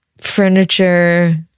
furniture